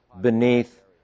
beneath